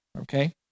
okay